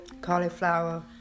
cauliflower